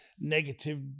negative